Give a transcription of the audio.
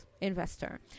investor